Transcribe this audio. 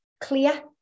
clear